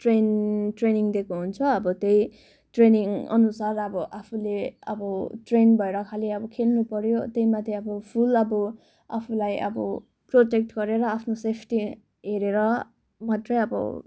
training दिएको हुन्छ अब त्यही ट्रेनिङ अनुसार अब आफूले अब ट्रेन भेएर खेल्नु पर्यो त्यही माथि अब फुल आफूलाई अब प्रोटेक्ट गरेर आफ्नो सेफ्टी हेरेर मात्रै अब